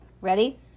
Ready